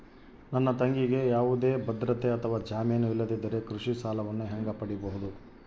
ನನ್ನ ತಂಗಿಗೆ ಯಾವುದೇ ಭದ್ರತೆ ಅಥವಾ ಜಾಮೇನು ಇಲ್ಲದಿದ್ದರೆ ಕೃಷಿ ಸಾಲವನ್ನು ಹೆಂಗ ಪಡಿಬಹುದು?